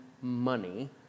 money